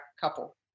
couple